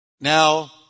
now